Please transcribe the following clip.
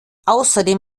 außerdem